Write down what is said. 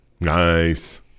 Nice